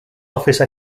office